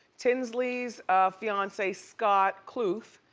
tinsley's fiance, scott kluth,